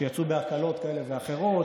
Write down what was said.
שיצאו בהקלות כאלה ואחרות,